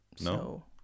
no